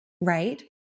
right